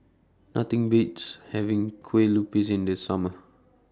Nothing Beats having Kue Lupis in The Summer